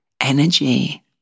energy